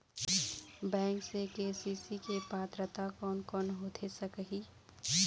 Bank से KCC के पात्रता कोन कौन होथे सकही?